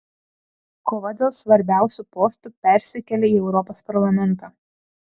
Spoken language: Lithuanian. kova dėl svarbiausių postų persikelia į europos parlamentą